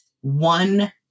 one